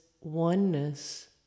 oneness